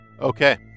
Okay